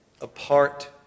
apart